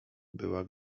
była